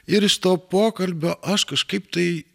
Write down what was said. ir iš to pokalbio aš kažkaip tai